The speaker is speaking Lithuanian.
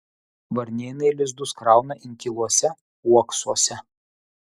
varnėnai lizdus krauna inkiluose uoksuose